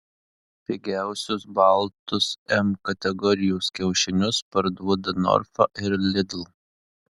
pigiausius baltus m kategorijos kiaušinius parduoda norfa ir lidl